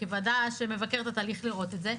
כוועדה שמבקרת את התהליך לראות את זה.